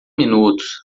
minutos